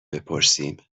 بپرسیم